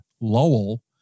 Lowell